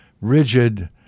rigid